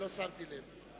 ולא שמתי לב.